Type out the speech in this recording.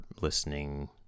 listening